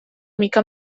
mica